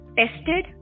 tested